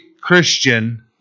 Christian